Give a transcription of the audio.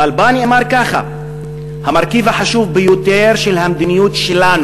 אבל בה נאמר ככה: "המרכיב החשוב ביותר של המדיניות שלנו"